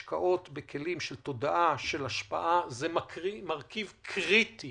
השקעות בכלים של תודעה ושל השפעה, זהו מרכיב קריטי